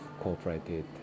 cooperated